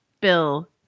Bill